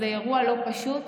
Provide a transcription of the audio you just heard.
זה אירוע לא פשוט,